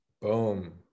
Boom